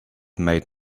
made